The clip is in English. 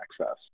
access